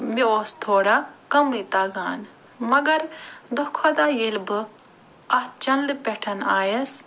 مےٚ اوس تھوڑا کمٕے تَگان مگر دۄہ کھۄتہٕ دۄہ ییٚلہِ بہٕ اتھ چنلہِ پٮ۪ٹھ آیس